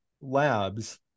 labs